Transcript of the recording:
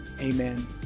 amen